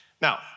Now